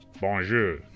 Bonjour